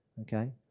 okay